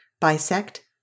bisect